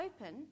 open